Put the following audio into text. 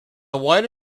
white